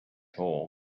hole